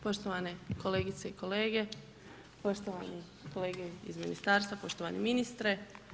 Poštovane kolegice i kolege, poštovani kolege iz ministarstva, poštovani ministre.